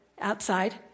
outside